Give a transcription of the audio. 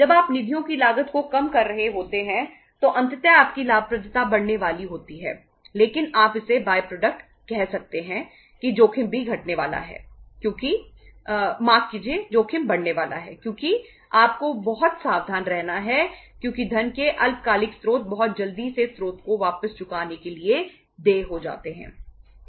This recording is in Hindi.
जब आप निधियों की लागत को कम कर रहे होते हैं तो अंततः आपकी लाभप्रदता बढ़ने वाली होती है लेकिन आप इसे बाय प्रोडक्ट कह सकते हैं कि जोखिम भी घटने वाला है क्योंकि माफ कीजिए जोखिम बढ़ने वाला है क्योंकि आपको बहुत सावधान रहना है क्योंकि धन के अल्पकालिक स्रोत बहुत जल्दी से स्रोत को वापस चुकाने के लिए देय हो जाते हैं